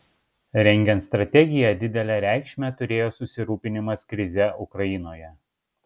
rengiant strategiją didelę reikšmę turėjo susirūpinimas krize ukrainoje